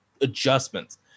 adjustments